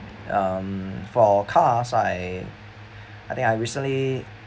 um for cars I I think I recently